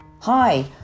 Hi